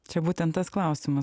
čia būtent tas klausimas